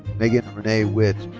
megan renee witt.